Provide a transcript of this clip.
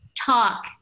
talk